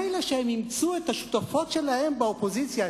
מילא שהם אימצו את השותפות שלהן באופוזיציה,